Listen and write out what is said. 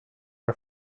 are